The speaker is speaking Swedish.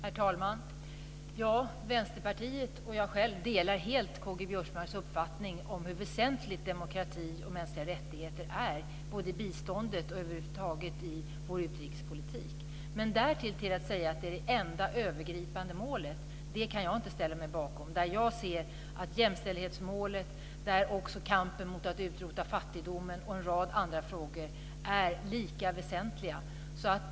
Herr talman! Ja, Vänsterpartiet och jag själv delar helt K-G Biörsmarks uppfattning om hur väsentliga demokrati och mänskliga rättigheter är både i biståndet och över huvud taget i vår utrikespolitik. Men därifrån till att säga att det är det enda övergripande målet kan jag inte ställa mig bakom. Jag anser att jämställdhetsmålet, där också kampen mot att utrota fattigdomen ingår, och en rad andra frågor är lika väsentliga.